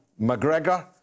McGregor